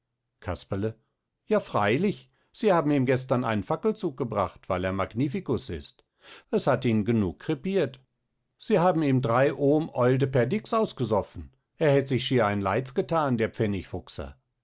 casperle ja freilich sie haben ihm gestern einen fackelzug gebracht weil er magnificus ist es hat ihn genug krepiert sie haben ihm drei ohm oil de perdrix ausgesoffen er hätt sich schier ein leids gethan der